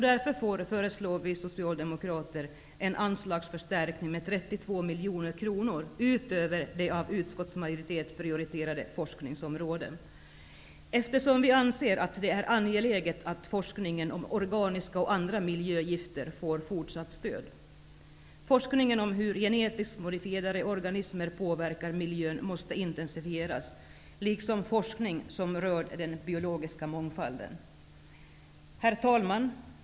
Därför föreslår vi socialdemokrater en anslagsförstärkning om 32 miljoner kronor utöver de anslag som går till av utskottsmajoritet prioriterade forskningsområden, eftersom vi anser att det är angeläget att forskningen om organiska och andra miljögifter får fortsatt stöd. Forskningen om hur genetiskt modifierade organismer påverkar miljön måste intensifieras, liksom forskning som rör den biologiska mångfalden. Herr talman!